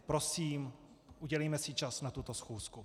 Prosím, udělejme si čas na tuto schůzku.